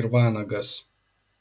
ir vanagas